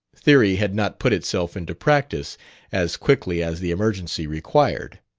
theory had not put itself into practice as quickly as the emergency required